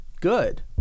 good